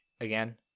again